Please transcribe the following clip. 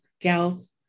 gals